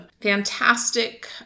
fantastic